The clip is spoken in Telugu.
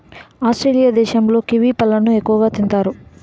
ఆస్ట్రేలియా దేశంలో కివి పళ్ళను ఎక్కువగా తింతారు